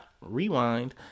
rewind